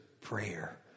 prayer